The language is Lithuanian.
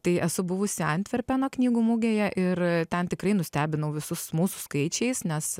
tai esu buvusi antverpeno knygų mugėje ir ten tikrai nustebinau visus mūsų skaičiais nes